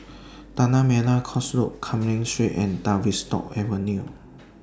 Tanah Merah Coast Road Cumming Street and Tavistock Avenue